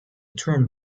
term